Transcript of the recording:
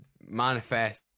manifest